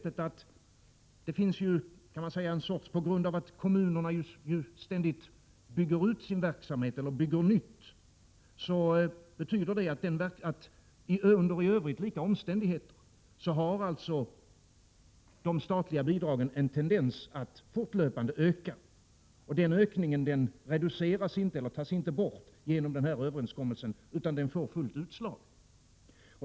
Eftersom kommunerna ständigt bygger ut sin verksamhet eller bygger nytt har de statliga bidragen under i övrigt lika omständigheter en tendens att fortlöpande öka. Den ökningen reduceras inte, eller upphör inte, genom den aktuella överenskommelsen, utan den får fullt utslag.